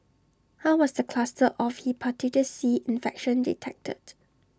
how was the cluster of Hepatitis C infection detected